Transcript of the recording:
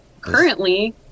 currently